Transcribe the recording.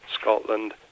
Scotland